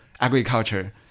agriculture